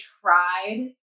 tried